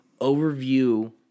overview